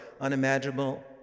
unimaginable